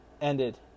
ended